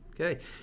Okay